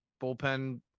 bullpen